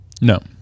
No